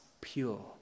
pure